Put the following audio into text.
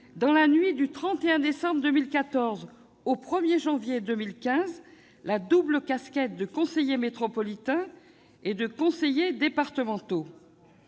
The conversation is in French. dans la nuit du 31 décembre 2014 au 1 janvier 2015, la double casquette de conseillers métropolitains et de conseillers départementaux.